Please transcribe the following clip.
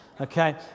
Okay